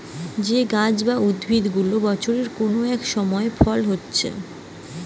যে গাছ বা উদ্ভিদ গুলা বছরের কোন এক সময় ফল হতিছে